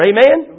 Amen